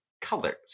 colors